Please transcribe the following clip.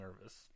nervous